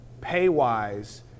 pay-wise